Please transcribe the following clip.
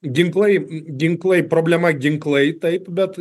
ginklai i ginklai problema ginklai taip bet